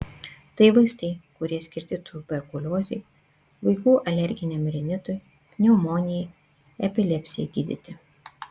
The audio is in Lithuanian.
tai vaistai kurie skirti tuberkuliozei vaikų alerginiam rinitui pneumonijai epilepsijai gydyti